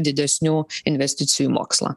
didesnių investicijų į mokslą